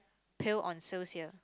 pill on sales here